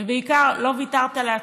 ובעיקר, לא ויתרת לעצמך.